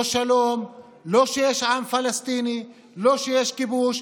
לא שלום, לא שיש עם פלסטיני, לא שיש כיבוש.